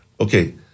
Okay